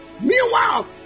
Meanwhile